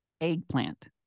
eggplant